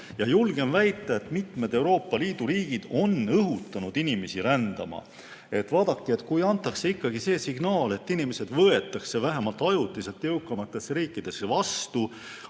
Ma julgen väita, et mitmed Euroopa Liidu riigid on õhutanud inimesi rändama. Vaadake, kui antakse ikkagi signaal, et inimesed võetakse vähemalt ajutiselt jõukamatesse riikidesse vastu,